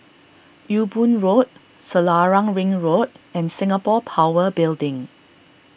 Ewe Boon Road Selarang Ring Road and Singapore Power Building